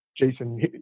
Jason